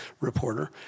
reporter